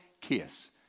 kiss